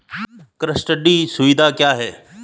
Custody सुविधा क्या होती है?